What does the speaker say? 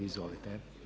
Izvolite.